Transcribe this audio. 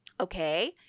Okay